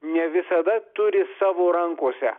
ne visada turi savo rankose